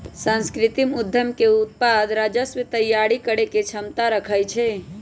सांस्कृतिक उद्यम के उत्पाद राजस्व तइयारी करेके क्षमता रखइ छै